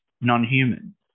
non-human